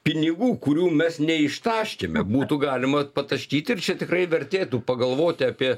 pinigų kurių mes neištaškėme būtų galima pataškyti ir čia tikrai vertėtų pagalvoti apie